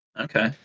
okay